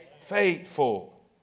faithful